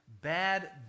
bad